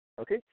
okay